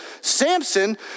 samson